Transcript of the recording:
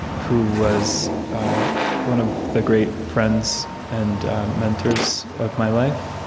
who was one of the great friends and mentors of my life.